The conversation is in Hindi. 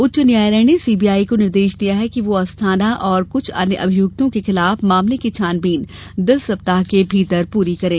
उच्च न्यायालय ने सीबीआई को निर्देश दिया कि वह अस्थाना और कुछ अन्य अभियुक्तों के खिलाफ मामले की छानबीन दस सप्ताह के भीतर पूरी करें